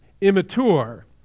immature